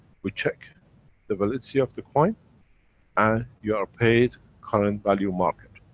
we check the validity of the coin and you are paid current value market.